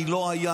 מי לא היה,